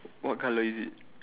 what colour is it